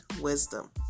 wisdom